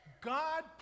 God